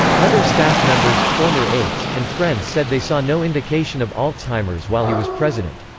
other staff members, former aides, and friends said they saw no indication of alzheimer's while he was president.